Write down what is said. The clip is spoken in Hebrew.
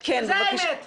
זו האמת --- סליחה,